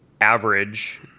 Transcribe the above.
average